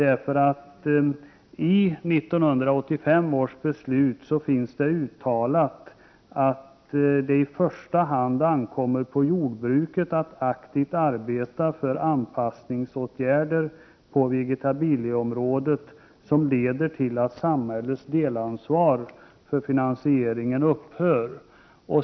I 1985 års beslut finns det uttalat att det i första hand ankommer på jordbruket att aktivt arbeta för anpassningsåtgärder på vegetabilieområdet som leder till att samhällets delansvar för finansieringen upphör.